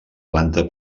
planta